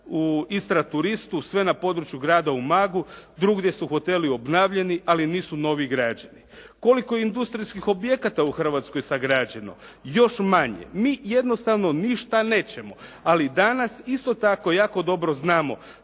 u Istra turistu sve na području grada Umaga, drugdje su hoteli obnavljani ali nisu novi građeni. Koliko je industrijskih objekata u Hrvatskoj sagrađeno? Još manje. Mi jednostavno ništa ne ćemo, ali danas isto tako jako dobro znamo